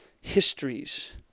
histories